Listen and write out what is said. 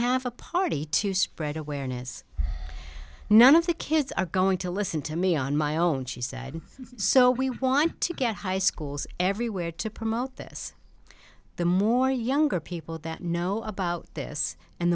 have a party to spread awareness none of the kids are going to listen to me on my own she said so we want to get high schools everywhere to promote this the more younger people that know about this and